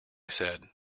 said